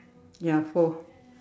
ya four